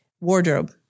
wardrobe